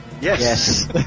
Yes